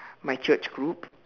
my church group